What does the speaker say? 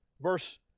verse